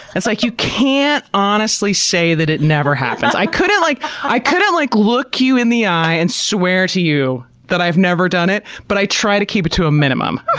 like you can't honestly say that it never happens. i couldn't like i couldn't like look you in the eye and swear to you that i've never done it, but i try to keep it to a minimum. i